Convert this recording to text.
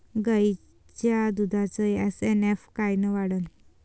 गायीच्या दुधाचा एस.एन.एफ कायनं वाढन?